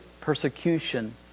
persecution